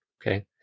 Okay